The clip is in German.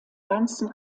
ganzen